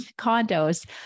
condos